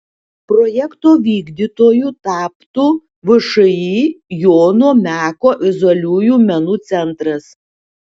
projekto vykdytoju taptų všį jono meko vizualiųjų menų centras